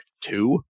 two